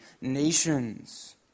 nations